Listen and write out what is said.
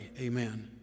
Amen